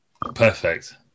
perfect